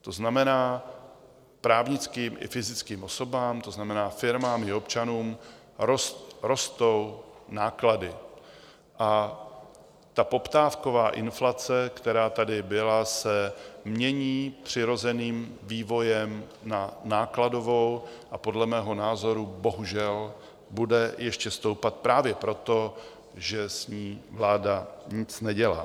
To znamená, právnickým i fyzickým osobám, to znamená, firmám i občanům, rostou náklady a poptávková inflace, která tady byla, se mění přirozeným vývojem na nákladovou a podle mého názoru bohužel bude ještě stoupat právě proto, že s ní vláda nic nedělá.